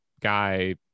guy